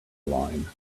line